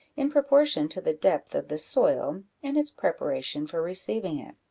in proportion to the depth of the soil and its preparation for receiving it.